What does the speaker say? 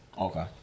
Okay